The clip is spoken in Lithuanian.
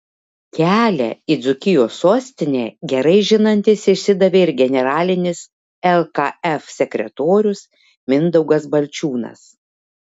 kelią į dzūkijos sostinę gerai žinantis išsidavė ir generalinis lkf sekretorius mindaugas balčiūnas